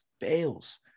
fails